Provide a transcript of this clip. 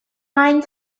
mind